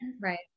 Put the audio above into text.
Right